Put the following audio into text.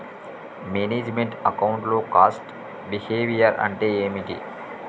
Manage meant account లో cost behaviour అంటే ఏమిటి?